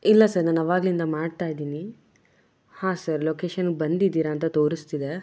ಇಲ್ಲ ಸರ್ ನಾನು ಆವಾಗಲಿಂದ ಮಾಡ್ತಾಯಿದ್ದೀನಿ ಹಾಂ ಸರ್ ಲೊಕೇಶನ್ನಿಗೆ ಬಂದಿದ್ದೀರ ಅಂತ ತೋರಿಸ್ತಿದೆ